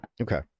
Okay